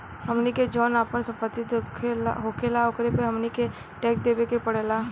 हमनी के जौन आपन सम्पति होखेला ओकरो पे हमनी के टैक्स देबे के पड़ेला